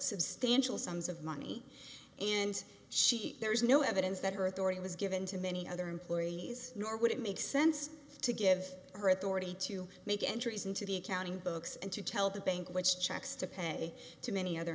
substantial sums of money and she there is no evidence that her authority was given to many other employees nor would it make sense to give her authority to make entries into the accounting books and to tell the bank which checks to pay to many other